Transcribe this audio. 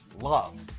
love